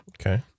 Okay